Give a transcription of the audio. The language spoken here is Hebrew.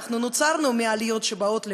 אנחנו נוצרנו מהעליות שבאות לפה,